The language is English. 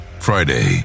Friday